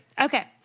Okay